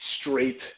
straight